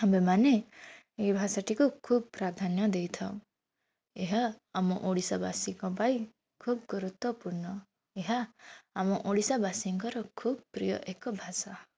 ଆମ୍ଭେମାନେ ଏହି ଭାଷାଟିକୁ ଖୁବ ପ୍ରାଧାନ୍ୟ ଦେଇଥାଉ ଏହା ଆମ ଓଡ଼ିଶାବାସୀଙ୍କ ପାଇଁ ଖୁବ ଗୁରୁତ୍ୱପୂର୍ଣ୍ଣ ଏହା ଆମ ଓଡ଼ିଶା ବାସୀଙ୍କର ଖୁବ ପ୍ରିୟ ଏକ ଭାଷା